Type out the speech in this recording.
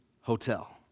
Hotel